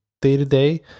day-to-day